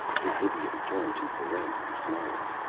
dravivian turned to barrent and smiled.